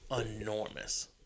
enormous